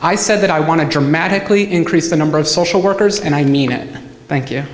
i said that i want to dramatically increase the number of social workers and i mean it thank you